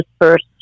first